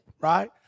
right